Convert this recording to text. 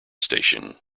station